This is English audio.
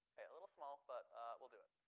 a little small but we'll do it.